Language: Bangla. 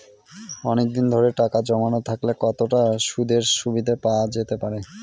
অনেকদিন ধরে টাকা জমানো থাকলে কতটা সুদের সুবিধে পাওয়া যেতে পারে?